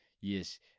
Yes